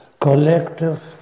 collective